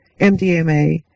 MDMA